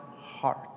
heart